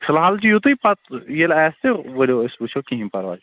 فِلحال چھ یُتُے پتہٕ ییٚلہِ آسہِ تہِ ؤلِو أسۍ وُچھو کہیٖنٛۍ پرواے